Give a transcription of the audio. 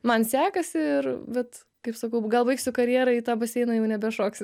man sekasi ir bet kaip sakau gal baigsiu karjerą į tą baseiną jau nebešoksiu